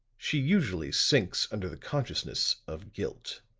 she usually sinks under the consciousness of guilt.